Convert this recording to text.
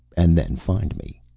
and then find me.